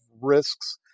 risks